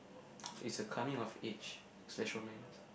it's a coming of age slash romance